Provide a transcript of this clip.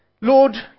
Lord